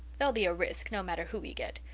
there'll be a risk, no matter who we get.